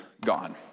gone